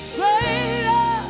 greater